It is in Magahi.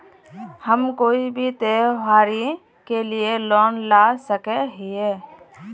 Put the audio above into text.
हम कोई भी त्योहारी के लिए लोन ला सके हिये?